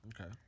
Okay